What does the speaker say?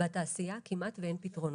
בתעשייה כמעט ואין פתרונות.